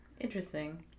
Interesting